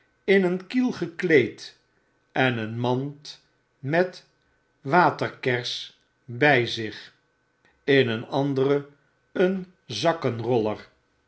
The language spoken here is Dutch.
in een kiel gekleed en een mand met waterkers by zich in een andere een zakkenroller